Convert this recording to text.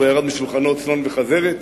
וכתוב שלא ירדו משולחנו צנון וחזרת.